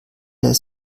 der